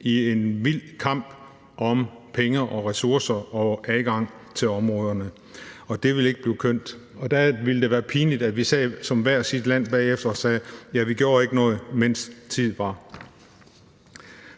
i en vild kamp om penge og ressourcer og adgang til områderne, og det vil ikke blive kønt. Der ville det være pinligt, at vi sad som hver sit land bagefter og sagde: Ja, vi gjorde ikke noget, mens tid var.